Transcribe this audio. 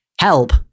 Help